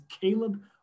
Caleb